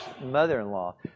mother-in-law